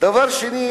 דבר שני,